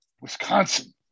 Wisconsin